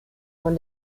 von